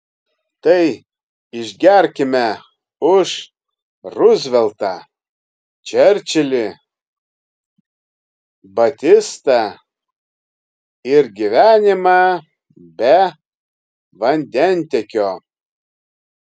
tai išgerkime už ruzveltą čerčilį batistą ir gyvenimą be vandentiekio